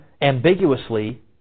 ambiguously